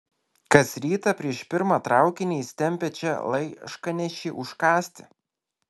kas rytą prieš pirmą traukinį jis tempia čia laiškanešį užkąsti